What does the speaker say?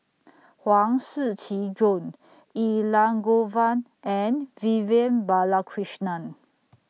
Huang Shiqi Joan Elangovan and Vivian Balakrishnan